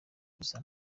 gusa